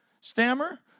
stammer